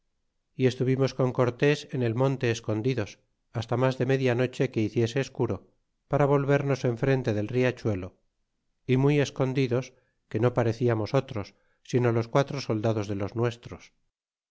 y estuvimos con cortés en el monte escondidos hasta mas de media noche que hiciese esenro para volvernos enfrente del riachuelo y muy escondidos que no pareciamos otros sino los quatro soldados de los nuestros